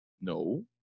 No